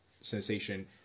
sensation